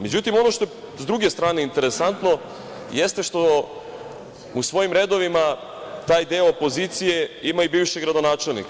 Međutim, ono što je s druge strane interesantno, jeste što u svojim redovima taj deo opozicije ima i bivšeg gradonačelnika.